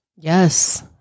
Yes